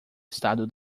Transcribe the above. estado